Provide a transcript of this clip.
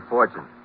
Fortune